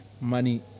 money